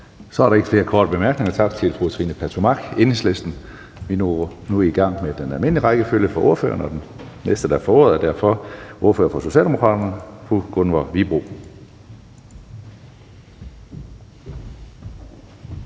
Der er ikke flere korte bemærkninger. Tak til fru Trine Pertou Mach, Enhedslisten. Vi går nu i gang med den almindelige rækkefølge for ordførerne, og den næste, der får ordet, er derfor ordføreren for Socialdemokraterne, fru Gunvor Wibroe.